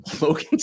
Logan